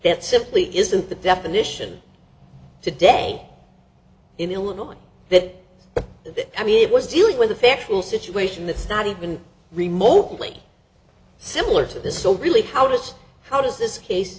that simply isn't the definition today in illinois that the i mean it was dealing with a factual situation that's not even remotely similar to this so really how does how does this case